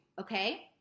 Okay